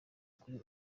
kuri